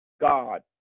God